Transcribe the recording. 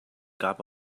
gab